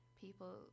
people